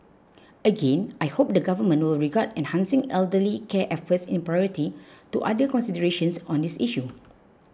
again I hope the Government will regard enhancing elderly care efforts in priority to other considerations on this issue